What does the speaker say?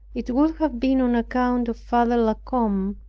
it would have been on account of father la combe,